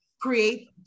create